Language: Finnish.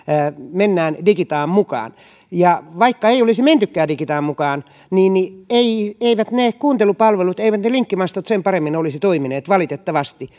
mennään digitaan mukaan ja vaikka ei olisi mentykään digitaan mukaan niin niin eivät ne kuuntelupalvelut eivät ne linkkimastot sen paremmin olisi toimineet valitettavasti